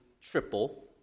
triple